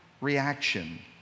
reaction